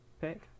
pick